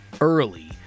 early